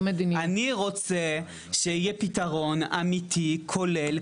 אני רוצה שיהיה פתרון אמיתי כולל,